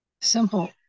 Simple